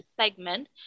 segment